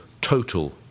total